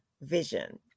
vision